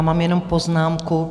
Mám jenom poznámku.